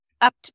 up